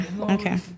okay